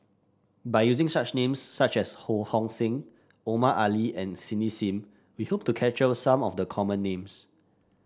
by using such names such as Ho Hong Sing Omar Ali and Cindy Sim we hope to capture some of the common names